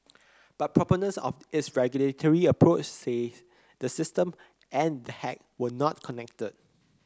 but proponents of its regulatory approach say the system and the hack were not connected